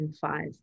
five